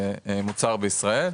כמוצר בישראל.